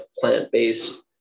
plant-based